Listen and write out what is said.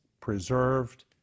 preserved